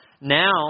Now